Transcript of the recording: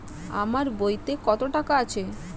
আমার বইতে কত টাকা আছে?